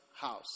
house